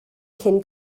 cyn